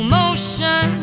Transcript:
motion